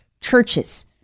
churches